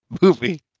movie